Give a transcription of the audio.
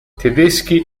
tedeschi